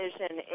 vision